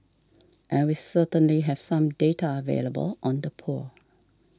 and we certainly have some data available on the poor